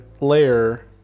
layer